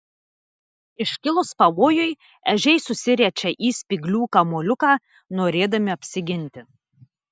iškilus pavojui ežiai susiriečia į spyglių kamuoliuką norėdami apsiginti